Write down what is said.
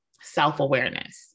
self-awareness